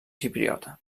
xipriota